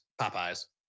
Popeye's